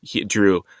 Drew